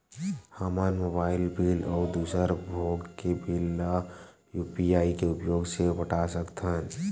हमन mobile bill अउ दूसर भोग के बिल ला यू.पी.आई के उपयोग से पटा सकथन